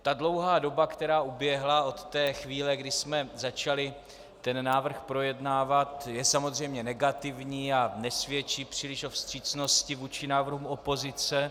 Ta dlouhá doba, která uběhla od té chvíle, kdy jsme začali ten návrh projednávat, je samozřejmě negativní a nesvědčí příliš o vstřícnosti vůči návrhům opozice.